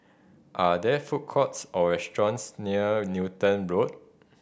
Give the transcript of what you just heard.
are there food courts or restaurants near Newton Road